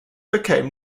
became